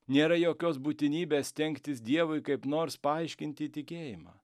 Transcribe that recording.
nėra jokios būtinybės stengtis dievui kaip nors paaiškinti tikėjimą